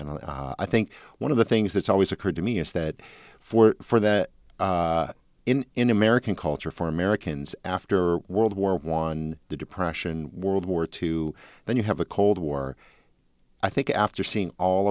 and i think one of the things that's always occurred to me is that for for that in american culture for americans after world war one the depression world war two when you have a cold war i think after seeing all